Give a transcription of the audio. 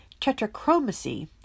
tetrachromacy